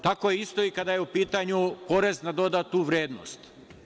Tako je isto i kada je u pitanju porez na dodatu vrednost.